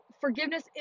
forgiveness